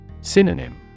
Synonym